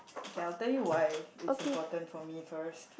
K after you why is important for me first